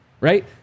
right